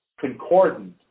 concordant